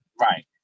Right